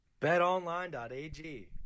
BetOnline.ag